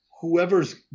whoever's